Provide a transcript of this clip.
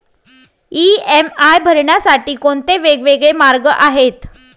EMI भरण्यासाठी कोणते वेगवेगळे मार्ग आहेत?